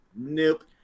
Nope